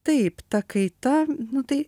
taip ta kaita nu tai